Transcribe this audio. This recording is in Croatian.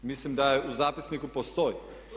Misli da u zapisniku postoji.